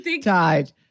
died